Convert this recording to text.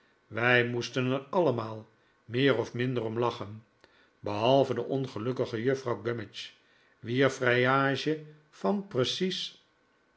wij moesten er allemaal meer of minder om lachen behalve de ongelukkige juffrouw gummidge wier vrijage van precies